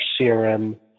CRM